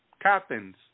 captains